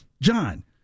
John